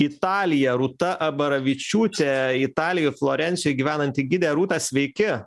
italiją rūta abaravičiūtė italijoj florencijoj gyvenanti gidė rūta sveiki